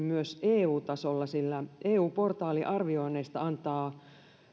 myös eu tasolla sillä eu portaali arvioinneista antaa